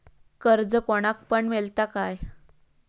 कर्ज कोणाक पण मेलता काय?